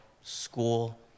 school